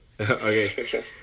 okay